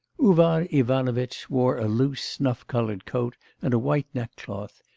uvar ivanovitch wore a loose snuff-coloured coat and a white neckcloth,